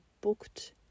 booked